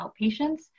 outpatients